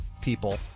people